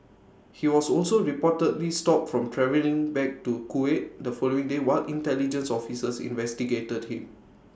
he was also reportedly stopped from travelling back to Kuwait the following day while intelligence officers investigated him